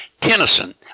tennyson